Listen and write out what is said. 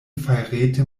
fajrete